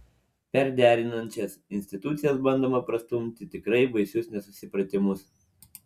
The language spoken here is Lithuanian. per derinančias instancijas bandoma prastumti tikrai baisius nesusipratimus